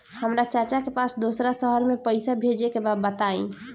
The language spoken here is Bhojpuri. हमरा चाचा के पास दोसरा शहर में पईसा भेजे के बा बताई?